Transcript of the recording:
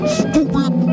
stupid